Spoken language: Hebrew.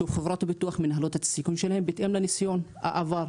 חברות הביטוח מנהלות את הסיכון שלהן בהתאם לניסיון העבר.